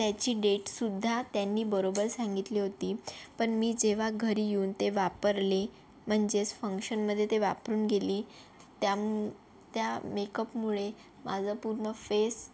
त्याची डेट सुद्धा त्यांनी बरोबर सांगितली होती पण मी जेव्हा घरी येऊन ते वापरले म्हणजेच फंक्शनमध्ये ते वापरुन गेली त्या त्या मेकपमुळे माझा पूर्ण फेस